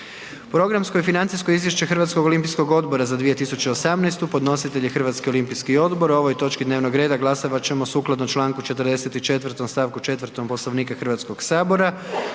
Programsko i financijsko izvješće HOO-a za 2018., podnositelj je HOO, o ovoj točki dnevnog reda glasovat ćemo sukladno čl. 44. stavku 4. Poslovnika Hrvatskog sabora.